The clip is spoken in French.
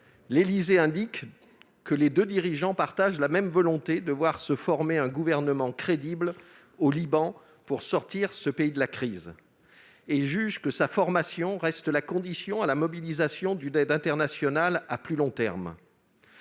L'Élysée a indiqué que les deux dirigeants partagent « la même volonté de voir se former un gouvernement crédible » au Liban pour sortir ce pays de la crise, et jugent que sa formation « reste la condition à la mobilisation d'une aide internationale à plus long terme